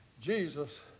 Jesus